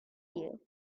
you